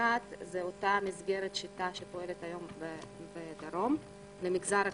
אחת זו אותה מסגרת "שיטה" שפועלת היום בדרום למגזר הכללי.